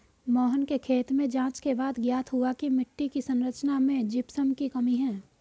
मोहन के खेत में जांच के बाद ज्ञात हुआ की मिट्टी की संरचना में जिप्सम की कमी है